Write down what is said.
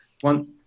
one